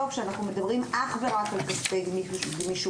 שאנחנו מדברים אך ורק על כספי גמישות,